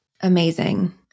Amazing